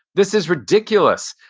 this is ridiculous.